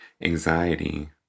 anxiety